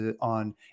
on